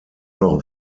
noch